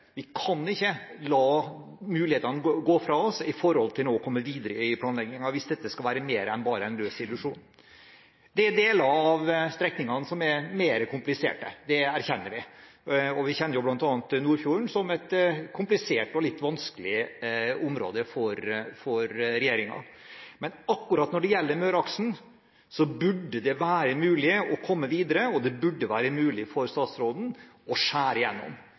la mulighetene gå fra oss når det gjelder å komme videre i planleggingen nå, hvis dette skal være mer enn bare en visjon. Det er deler av strekningene som er mer kompliserte, det erkjenner vi. Vi kjenner jo bl.a. Nordfjord som et komplisert og litt vanskelig område for regjeringen. Men akkurat når det gjelder Møreaksen, burde det være mulig å komme videre, og det burde være mulig for statsråden å skjære igjennom.